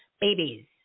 babies